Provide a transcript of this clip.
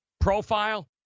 Profile